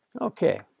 Okay